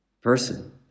person